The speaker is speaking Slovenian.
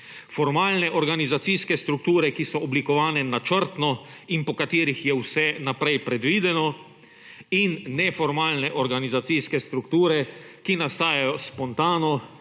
formalne organizacijske strukture, ki so oblikovane načrtno in po katerih je vse naprej predvideno, in neformalne organizacijske strukture, ki nastajajo spontano